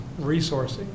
resourcing